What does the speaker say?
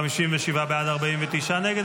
57 בעד, 49 נגד.